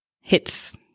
hits